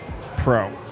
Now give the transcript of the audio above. Pro